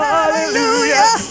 Hallelujah